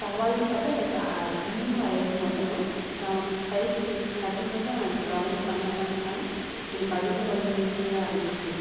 சவால்னு பார்த்தா எனக்கு கண் வரைகிறது மட்டும்தான் நான் பயிற்சி கண்ட்டினியூவஸாக நான் ட்ராயிங் பண்ண பண்ண பண்ண எனக்கு அதுவுமே ரொம்ப ஈஸியாகிடுச்சு